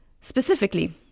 Specifically